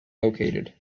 located